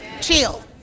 Chill